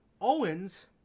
Owens